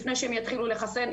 לפני שהם יתחילו לחסן,